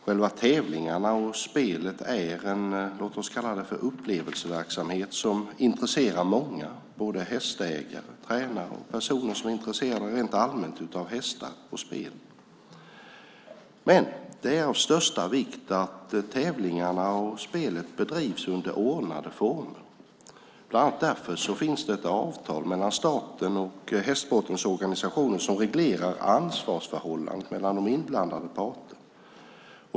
Själva tävlingarna och spelet är en, låt oss kalla det upplevelseverksamhet som intresserar många, både hästägare och tränare liksom personer som rent allmänt är intresserade av hästar och spel. Men det är av största vikt att tävlingarna och spelet bedrivs under ordnade former. Bland annat därför finns ett avtal mellan staten och hästsportens organisationer som reglerar ansvarsförhållandet mellan inblandade parter.